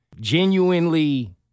genuinely